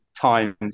times